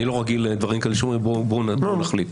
אני לא רגיל לדברים כאלה שאומרים, בואו נחליט.